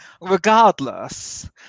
Regardless